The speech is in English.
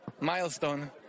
milestone